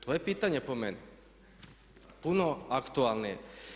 To je pitanje po meni, puno aktualnije.